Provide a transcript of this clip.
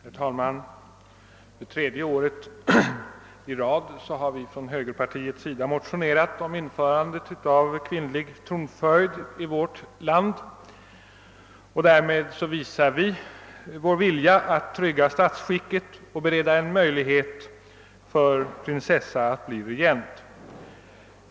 Herr talman! För tredje året i rad har vi från högerpartiets sida motionerat om införande av kvinnlig tronföljd i vårt land. Därmed visar vi vår vilja att trygga statsskicket och bereda möjlighet för prinsessa att bli regent.